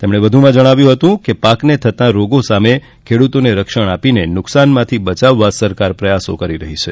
તેમણે વધુમાં જણાવ્યું હતું કે ખેતીમાં પાકને થતા રોગો સામે ખેડૂતોને રક્ષણ આપીને નુકશાન માંથી બચાવવા સરકાર પ્રયાસો કરી રહી છે